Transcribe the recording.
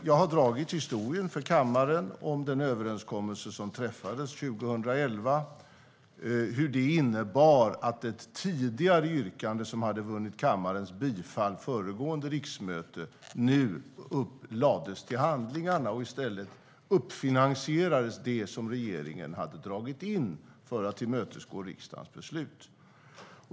Jag har dragit historien för kammaren om den överenskommelse som träffades 2011, hur det innebar att ett tidigare yrkande som hade vunnit kammarens bifall under föregående riksmöte nu lades till handlingarna, och i stället uppfinansierades det som regeringen hade dragit in för att tillmötesgå riksdagens beslut.